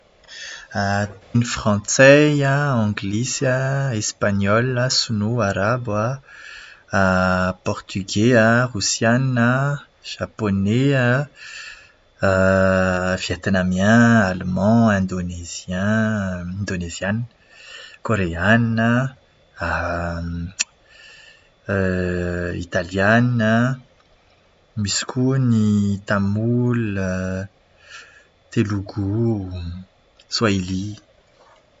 Ny frantsay an, ny anglisy, espaniola, sinoa, arabo, portogay, rosiana, zaponey an, vietnamiana, alemana, indonésien indoneziana, koreana, italiana, misy koa ny tamolina, telogoa, soahili.